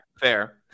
Fair